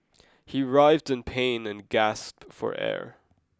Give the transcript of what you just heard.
he writhed in pain and gasped for air